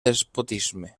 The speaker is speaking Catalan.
despotisme